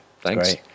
Thanks